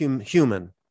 human